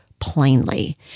plainly